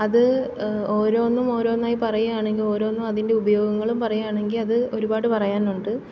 അത് ഓരോന്നും ഓരോന്നായി പറയാണെങ്കില് ഓരോന്നും അതിൻ്റെ ഉപയോഗങ്ങളും പറയുവാണെങ്കില് അത് ഒരുപാട് പറയാനുണ്ട്